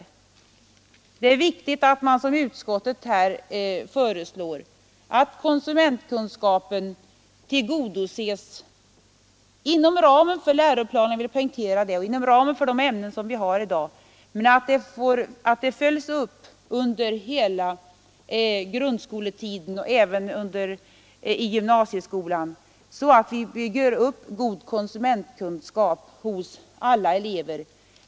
Därför är det viktigt att som utskottet här föreslår konsumentkunskapen tillgodoses inom ramen för läroplanen — jag poängterar det — och inom ramen för de ämnen som vi har i dag, men också att den följs upp under hela grundskoletiden och även i gymnasieskolan, så att en god konsumentkunskap kan byggas upp hos alla elever.